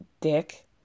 dick